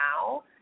now